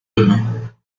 demain